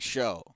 Show